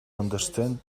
understand